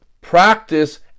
practice